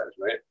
Right